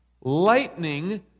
Lightning